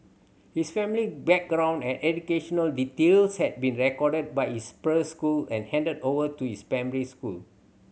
his family background and educational details had been recorded by his preschool and handed over to his primary school